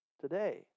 today